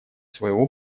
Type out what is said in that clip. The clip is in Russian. своего